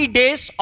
days